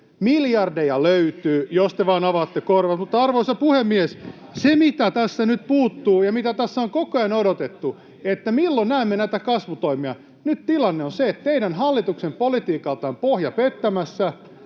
ryhmästä: Seitsemänsataa miljoonaa!] Arvoisa puhemies! Mutta se, mikä tässä nyt puuttuu ja mitä tässä on koko ajan odotettu, on se, milloin näemme näitä kasvutoimia. Nyt tilanne on se, että teidän hallituksen politiikalta on pohja pettämässä.